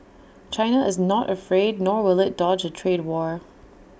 China is not afraid nor will IT dodge A trade war